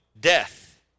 death